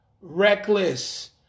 reckless